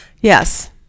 Yes